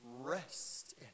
Rest